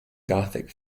gothic